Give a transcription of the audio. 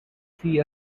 see